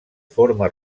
forma